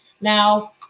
Now